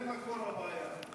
זה מקור הבעיה.